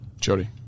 Jody